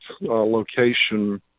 location